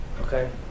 Okay